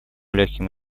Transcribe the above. легким